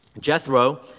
Jethro